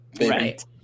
right